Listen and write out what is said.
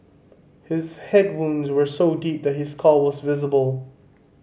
his head wounds were so deep that his skull was visible